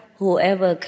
whoever